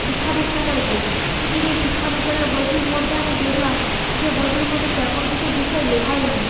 শিক্ষা বিজ্ঞানের বই কিন্তু সেই শিক্ষা বিজ্ঞানের বইটির মধ্যে আমি দেখলাম যে বইটির মধ্যে তেমন কিছু বিষয় লেখাই নেই